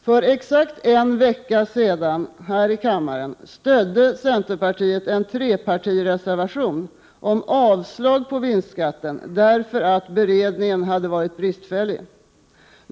För exakt en vecka sedan stödde centern här i kammaren en trepartireservation om avslag på vinstskatten, därför att beredningen hade varit bristfällig.